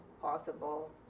possible